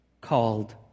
called